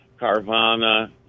Carvana